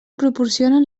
proporcionen